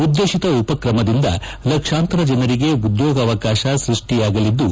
ಉದ್ದೇಶಿತ ಉಪಕ್ರಮದಿಂದ ಲಕ್ಷಾಂತರ ಜನರಿಗೆ ಉದ್ಯೋಗಾವಕಾಕ ಸೃಷ್ಟಿಯಾಗಲಿದ್ದು